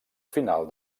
final